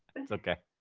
it's okay.